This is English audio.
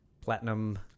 Platinum